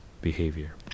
behavior